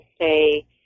say